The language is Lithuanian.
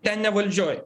ten ne valdžioj